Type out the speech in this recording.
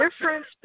difference